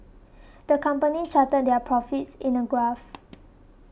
the company charted their profits in a graph